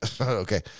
Okay